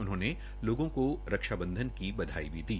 उन्होंने लोगों को रक्षा बंधन की बधाई भी दी